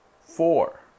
four